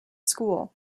school